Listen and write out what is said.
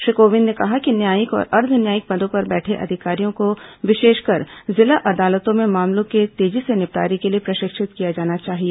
श्री कोविंद ने कहा कि न्यायिक और अर्द्व न्यायिक पदों पर बैठे अधिकारियों को विशेषकर जिला अदालतों में मामलों के तेजी से निपटारे के लिए प्रशिक्षित किया जाना चाहिए